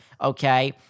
okay